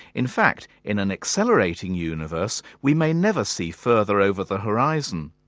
in fact, in an accelerating universe we may never see further over the horizon,